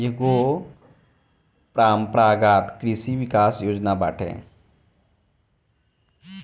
एकेगो परम्परागत कृषि विकास योजना बाटे